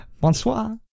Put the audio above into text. Bonsoir